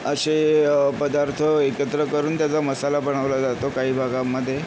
असे पदार्थ एकत्र करून त्याचा मसाला बनवला जातो काही भागांमध्ये